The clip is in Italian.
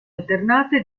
alternate